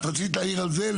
רצית להעיר על זה?